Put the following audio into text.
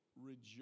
rejoice